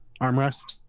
armrest